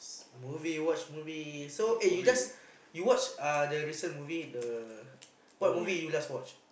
movie watch movie so eh you just you watch uh the recent movie the what movie you last watch